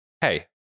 hey